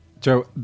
Joe